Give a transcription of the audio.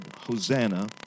Hosanna